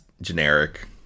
generic